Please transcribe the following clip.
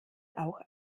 auch